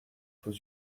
faut